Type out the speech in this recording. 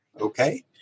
Okay